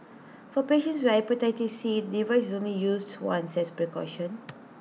for patients with Hepatitis C the device is only used to once as precaution